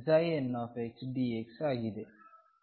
ndx ಆಗಿದೆ